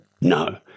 No